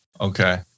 Okay